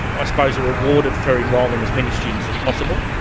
i suppose, are rewarded for enrolling as many students as possible,